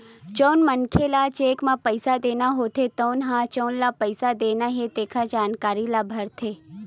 जउन मनखे ल चेक म पइसा देना होथे तउन ह जउन ल पइसा देना हे तेखर जानकारी ल भरथे